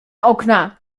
okna